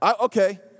Okay